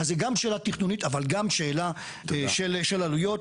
אז זו גם שאלה תכנונית אבל גם שאלה של עלויות.